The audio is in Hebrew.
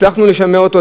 הצלחנו לשמר אותו,